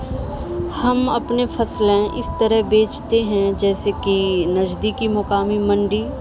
ہم اپنے فصلیں اس طرح بیچتے ہیں جیسے کہ نزدیکی مقامی منڈی